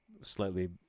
slightly